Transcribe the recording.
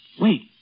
Wait